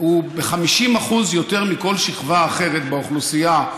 ב-50% יותר מכל שכבה אחרת באוכלוסייה,